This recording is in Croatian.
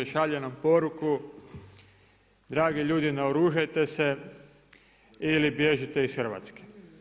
Šalje nam poruku, dragi ljudi naoružajte se ili bježite iz Hrvatske.